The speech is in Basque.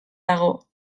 dago